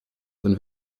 dann